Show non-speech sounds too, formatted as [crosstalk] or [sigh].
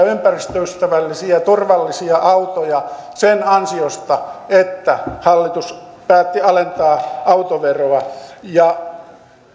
[unintelligible] ympäristöystävällisiä ja turvallisia autoja sen ansiosta että hallitus päätti alentaa autoveroa ja